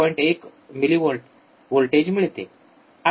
१ milli volt voltage मिळते